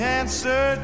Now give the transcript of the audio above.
answer